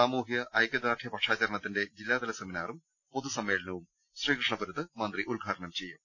സാമൂഹ്യ ഐക്യദാർഢ്യ പക്ഷാചരണത്തിന്റെ ജില്ലാതല സെമിനാറും പൊതുസമ്മേ ളനവും ശ്രീകൃഷ്ണപുരത്ത് മന്ത്രി ഉദ്ഘാടനം ചെയ്യും